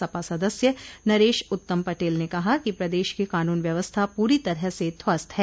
सपा सदस्य नरेश उत्तम पटेल ने कहा कि प्रदेश की कानून व्यवस्था पूरी तरह से ध्वस्त है